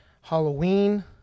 Halloween